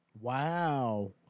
Wow